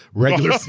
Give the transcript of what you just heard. regular